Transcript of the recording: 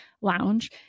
Lounge